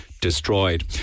destroyed